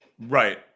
right